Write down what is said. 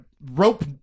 rope